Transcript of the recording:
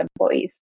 employees